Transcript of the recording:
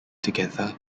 together